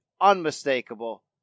unmistakable